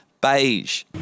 beige